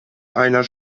einer